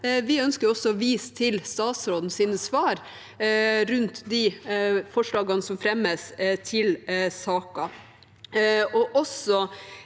vi ønsker også å vise til statsrådens svar til de forslagene som fremmes i saken,